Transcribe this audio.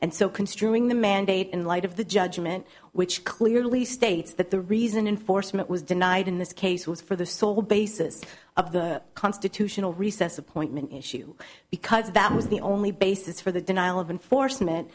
and so construing the mandate in light of the judgment which clearly states that the reason enforcement was denied in this case was for the sole basis of the constitutional recess appointment issue because that was the only basis for the denial of enfor